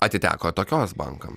atiteko tokios bankams